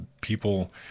People